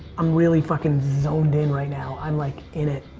i'm really fucking zoned in right now. i'm like in it.